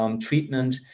treatment